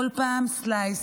כל פעם slice,